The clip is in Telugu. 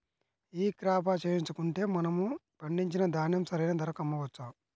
ఈ క్రాప చేయించుకుంటే మనము పండించిన ధాన్యం సరైన ధరకు అమ్మవచ్చా?